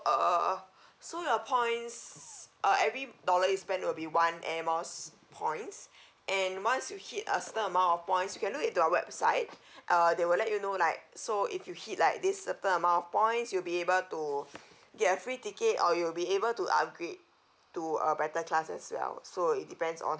uh so your points uh every dollar you spend will be one air miles points and once you hit a certain amount of points you can look into our website uh they will let you know like so if you hit like this certain amount of points you'll be able to get a free ticket or you'll be able to upgrade to a better class as well so it depends on